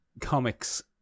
comics